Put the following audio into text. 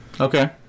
Okay